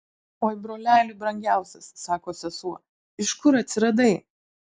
oi broleli brangiausias sako sesuo iš kur atsiradai